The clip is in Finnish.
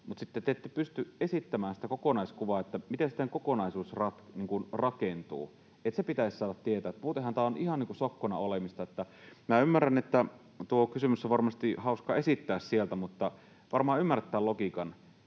te ette pysty esittämään sitä kokonaiskuvaa, miten se teidän kokonaisuutenne rakentuu. Se pitäisi saada tietää, muutenhan tämä on ihan niin kuin sokkona olemista. Minä ymmärrän, että tuo kysymys on varmasti hauska esittää sieltä, mutta varmaan ymmärrätte tämän logiikan.